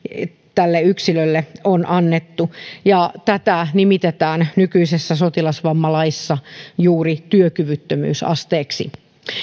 yksilölle on annettu ja tätä nimitetään nykyisessä sotilasvammalaissa juuri työkyvyttömyysasteeksi